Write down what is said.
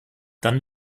dann